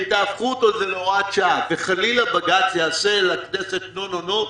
אם תהפכו את זה להוראת שעה וחלילה בג"ץ יעשה לכנסת נו-נו-נו,